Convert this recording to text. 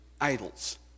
idols